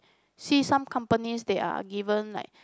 see some companies they are given like